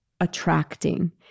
attracting